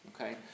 okay